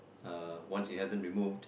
uh he had them removed